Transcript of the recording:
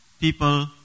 people